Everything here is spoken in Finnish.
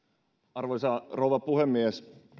arvoisa rouva puhemies